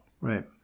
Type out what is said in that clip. Right